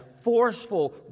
forceful